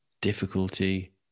difficulty